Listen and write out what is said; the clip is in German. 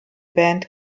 band